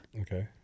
Okay